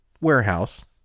warehouse